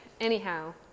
anyhow